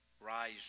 rise